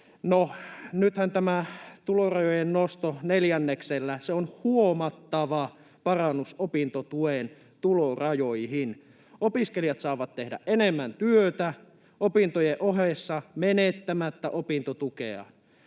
nythän tämä tulorajojen nostaminen neljänneksellä on huomattava parannus opintotuen tulorajoihin. Opiskelijat saavat tehdä enemmän työtä opintojen ohessa menettämättä opintotukea.